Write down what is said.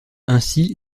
ainsi